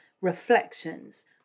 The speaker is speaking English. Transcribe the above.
reflections